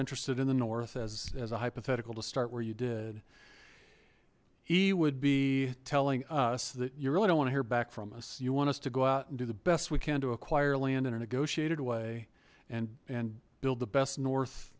interested in the north as as a hypothetical to start where you did he would be telling us that you really don't want to hear back from us you want us to go out and do the best we can to acquire land in a negotiated way and and build the best north